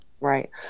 Right